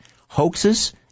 hoaxes